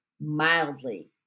mildly